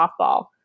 softball